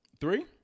Three